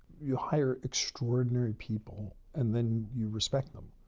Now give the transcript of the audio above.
you hire extraordinary people, and then you respect them.